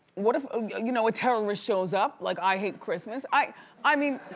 what if a you know terrorist shows up like i hate christmas? i i mean